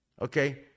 okay